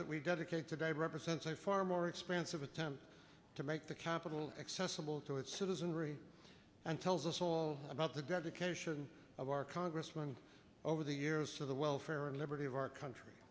that we dedicate today represents a far more expansive attempt to make the capital accessible to its citizenry and tells us all about the dedication of our congressman over the years to the welfare and liberty of our country